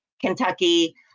Kentucky